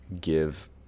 give